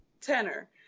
tenor